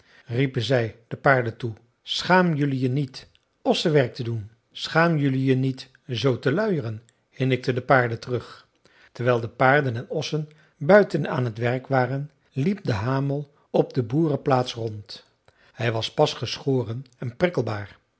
riepen zij de paarden toe schaam jelui je niet ossenwerk te doen schaam jelui je niet zoo te luieren hinnikten de paarden terug terwijl de paarden en ossen buiten aan t werk waren liep de hamel op de boerenplaats rond hij was pas geschoren en